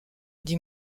dit